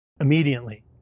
immediately